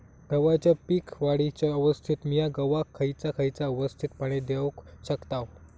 गव्हाच्या पीक वाढीच्या अवस्थेत मिया गव्हाक खैयचा खैयचा अवस्थेत पाणी देउक शकताव?